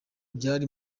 byari